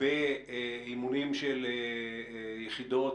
באימונים של יחידות,